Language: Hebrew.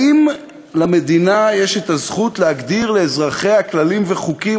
האם למדינה יש הזכות להגדיר לאזרחיה כללים וחוקים,